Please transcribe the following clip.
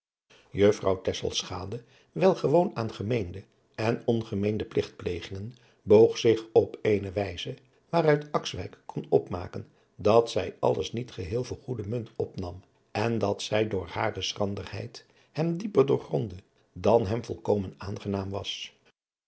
tesselschade wel gewoon aan gemeende en ongemeende pligtplegingen boog zich op eene wijze waaruit akswijk kon opmaken dat zij alles niet geheel voor goede munt opnam en dat zij door hare schranderheid hem dieper doorgrondde dan hem volkomen aangenaam was